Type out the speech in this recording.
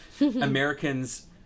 Americans